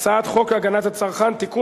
הצעת חוק הגנת הצרכן (תיקון,